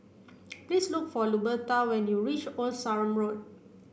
please look for Luberta when you reach Old Sarum Road